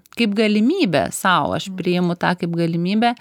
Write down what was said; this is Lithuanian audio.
kaip galimybę sau aš priimu tą kaip galimybę